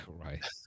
Christ